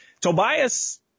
Tobias